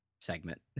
Segment